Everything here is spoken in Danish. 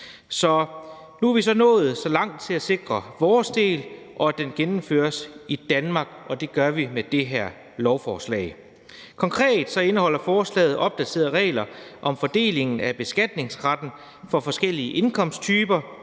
nu er vi nået så langt som til at sikre vores del og til, at den gennemføres i Danmark, og det gør vi med det her lovforslag. Konkret indeholder forslaget opdaterede regler om fordelingen af beskatningsretten for forskellige indkomsttyper